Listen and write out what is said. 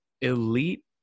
elite